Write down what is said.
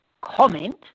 comment